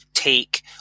take